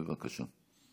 בבקשה.